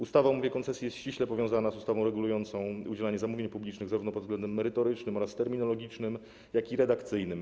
Ustawa o umowie koncesji jest ściśle powiązana z ustawą regulującą działanie zamówień publicznych zarówno pod względem merytorycznym, terminologicznym, jak i redakcyjnym.